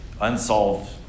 unsolved